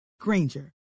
Granger